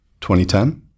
2010